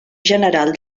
general